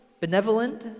benevolent